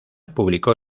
publicó